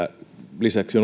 lisäksi